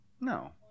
no